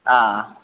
ಹಾಂ